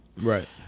right